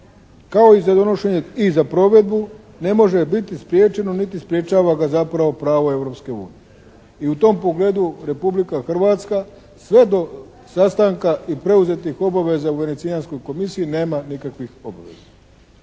kao i za donošenje i za provedbu ne može biti spriječeno niti sprječava ga zapravo pravo Europske unije. I u tom pogledu Republika Hrvatska sve do sastanka i preuzetih obaveza u Venecijanskoj komisiji nema nikakvih obaveza.